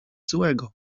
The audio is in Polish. złego